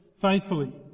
faithfully